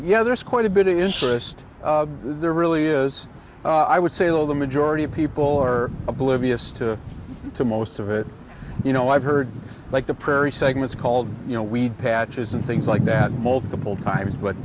yeah there's quite a bit of interest there really is i would say all the majority of people are oblivious to to most of it you know i've heard like the prairie segments called you know weed patches and things like that multiple times but